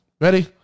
Ready